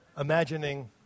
imagining